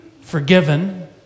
forgiven